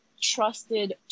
trusted